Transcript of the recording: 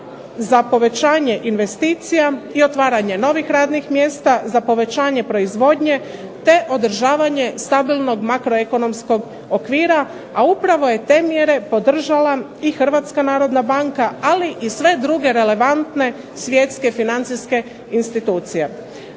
za povećanje investicija i otvaranje novih radnih mjesta za povećanje proizvodnje, te održavanje stabilnog makroekonomskog okvira, a upravo je te mjere podržala i Hrvatska narodna banka, ali i sve druge relevantne svjetske financijske institucije.